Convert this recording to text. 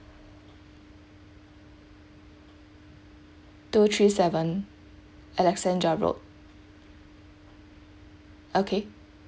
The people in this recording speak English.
two three seven alexandra road okay